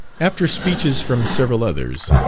after speeches from several others,